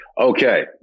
okay